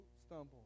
stumble